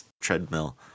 treadmill